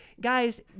Guys